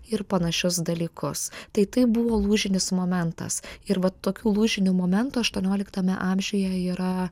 ir panašius dalykus tai tai buvo lūžinis momentas ir va tokių lūžinių momentų aštuonioliktame amžiuje yra